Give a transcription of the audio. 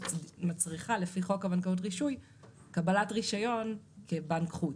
מצריכה לפי חוק בנקאות רישוי קבלת רישיון כבנק חוץ.